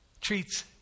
treats